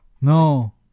No